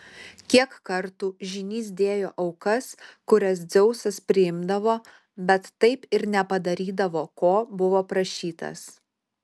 kiek kartų žynys dėjo aukas kurias dzeusas priimdavo bet taip ir nepadarydavo ko buvo prašytas